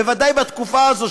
בוודאי בתקופה הזאת,